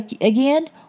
again